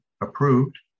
approved